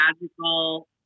magical